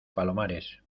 palomares